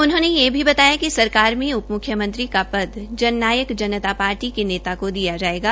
उन्होंने यह भी कहा कि सरकारने उप मुख्यमंत्री का पद जन नायक जनता पार्टी के नेता को दिया जायेगा